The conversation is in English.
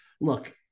Look